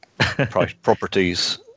properties